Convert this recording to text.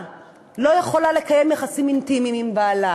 לא יכולה לקיים יחסים אינטימיים עם בעלה,